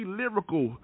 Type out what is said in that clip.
lyrical